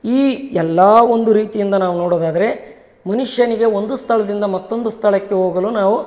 ಈ ಎಲ್ಲ ಒಂದು ರೀತಿಯಿಂದ ನಾವು ನೋಡೊದಾದರೆ ಮನುಷ್ಯನಿಗೆ ಒಂದು ಸ್ಥಳದಿಂದ ಮತ್ತೊಂದು ಸ್ಥಳಕ್ಕೆ ಹೋಗಲು ನಾವು